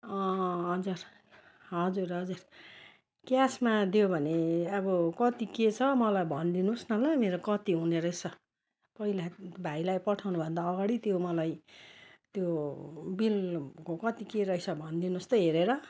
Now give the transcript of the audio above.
हजुर हजुर हजुर क्यासमा दियो भने अब कति के छ मलाई भनिदिनु होस् न ल मेरो कति हुने रहेछ पहिला भाइलाई पठाउनु भन्दा अघाडि त्यो मलाई त्यो बिलको कति के रहेछ भनिदिनु होस् त हेरेर